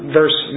verse